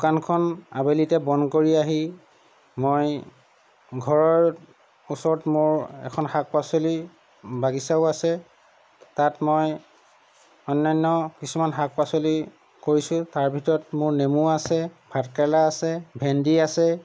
দোকানখন আবেলিতে বন্ধ কৰি আহি মই ঘৰৰ ওচৰত মোৰ শাক পাচলি বাগিচাও আছে তাত মই অনান্য কিছুমান শাক পাচলি কৰিছোঁ তাৰ ভিতৰত মোৰ নেমু আছে ভাত কেৰেলা আছে ভেন্দি আছে